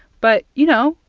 but, you know,